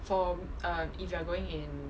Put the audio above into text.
for erm if you are going in